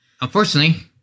Unfortunately